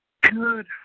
Good